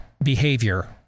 behavior